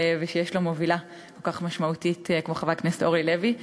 ושיש לו מובילה כל כך משמעותית כמו חברת הכנסת אורלי לוי,